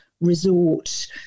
resort